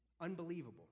Unbelievable